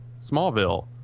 Smallville